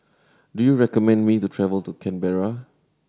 do you recommend me the travel to Canberra